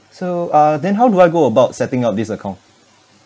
so uh then how do I go about setting up this account